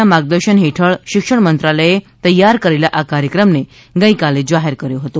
ના માર્ગદર્શન હેઠળ શિક્ષણ મંત્રાલયે તૈયાર કરેલા આ કાર્યક્રમને ગઈકાલે જાહેર કર્યો હતો